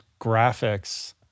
graphics